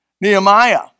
Nehemiah